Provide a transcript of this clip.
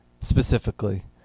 specifically